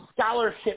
scholarship